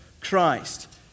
Christ